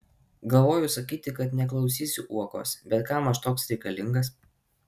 galvoju sakyti kad neklausysiu uokos bet kam aš toks reikalingas